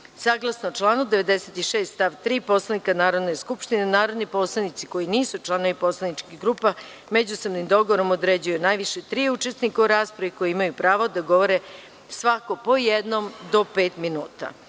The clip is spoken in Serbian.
minuta. Saglasno članu 96. stav 3. Poslovnika Narodne skupštine, narodni poslanici koji nisu članovi poslaničkih grupa, međusobnim dogovorom određuju najviše tri učesnika u raspravi, koji imaju pravo da govore svako po jednom, do pet minuta. Molim